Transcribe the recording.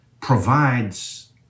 provides